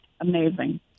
amazing